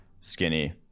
skinny